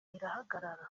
irahagarara